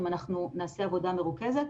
אם אנחנו נעשה עבודה מרוכזת.